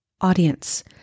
audience